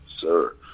sir